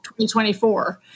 2024